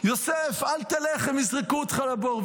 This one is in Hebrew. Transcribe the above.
יוסף, אל תלך, הם יזרקו אותך לבור.